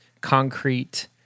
concrete